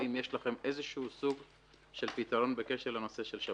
האם יש לכם איזשהו פתרון בנוגע לשבת?